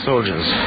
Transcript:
Soldiers